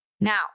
Now